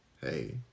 hey